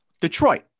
Detroit